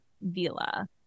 Villa